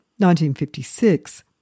1956